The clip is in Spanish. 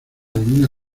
divina